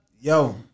Yo